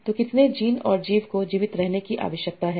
तो कितने जीन और जीव को जीवित रहने की आवश्यकता है